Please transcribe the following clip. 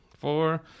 Four